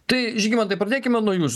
tai žygimantai pradėkime nuo jūs